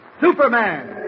Superman